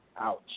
ouch